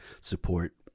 support